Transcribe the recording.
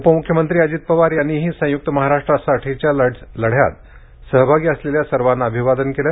उपमुख्यमंत्री अजित पवार यांनीही संयुक्त महाराष्ट्रासाठीच्या सीमालढ्यात सहभागी असलेल्या सर्वांना अभिवादन केले